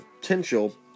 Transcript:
potential